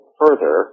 further